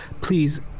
please